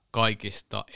kaikista